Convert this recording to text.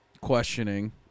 questioning